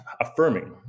affirming